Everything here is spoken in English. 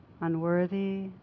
unworthy